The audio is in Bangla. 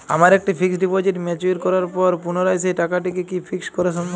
আমার একটি ফিক্সড ডিপোজিট ম্যাচিওর করার পর পুনরায় সেই টাকাটিকে কি ফিক্সড করা সম্ভব?